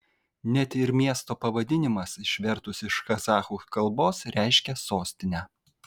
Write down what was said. net ir miesto pavadinimas išvertus iš kazachų kalbos reiškia sostinę